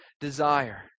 desire